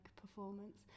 Performance